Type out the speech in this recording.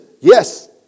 yes